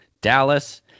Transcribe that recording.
Dallas